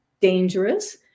dangerous